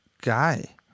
guy